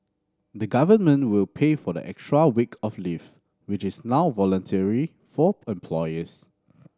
the government will pay for the extra week of leave which is now voluntary for employers